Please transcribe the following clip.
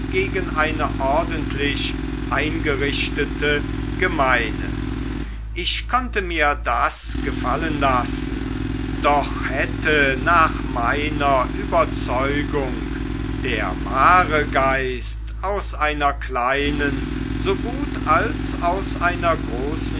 gegen eine ordentlich eingerichtete gemeine ich konnte mir das gefallen lassen doch hätte nach meiner überzeugung der wahre geist aus einer kleinen so gut als aus einer